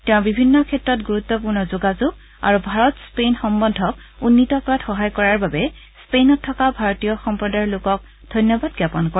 তেওঁ বিভিন্ন ক্ষেত্ৰত গুৰুত্বপূৰ্ণ যোগদান আৰু ভাৰত স্পেইন সম্বন্ধক উন্নীত কৰাত সহায় কৰাৰ বাবে স্পেইনত থকা ভাৰতীয় সম্প্ৰদায়ৰ লোকক ধন্যবাদ জ্ঞাপন কৰে